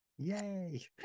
Yay